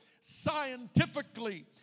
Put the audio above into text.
scientifically